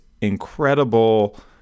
incredible